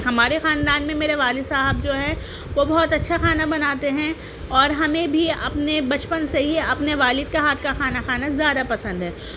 ہمارے خاندان میں میرے والد صاحب جو ہیں وہ بہت اچھا کھانا بناتے ہیں اور ہمیں بھی اپنے بچپن سے ہی اپنے والد کے ہاتھ کا کھانا کھانا زیادہ پسند ہے